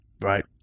right